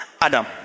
Adam